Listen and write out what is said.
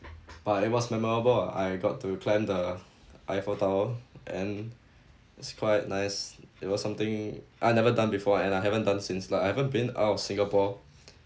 but it was memorable lah I got to climb the eiffel tower and it's quite nice it was something I never done before and I haven't done since like I haven't been out of singapore